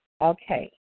Okay